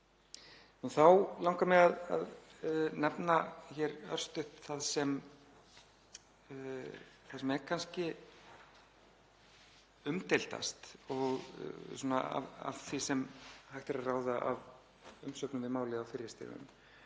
Þá langar mig að nefna hér örstutt það sem er kannski umdeildast af því sem hægt er að ráða af umsögnum við málið á fyrri stigum